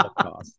podcast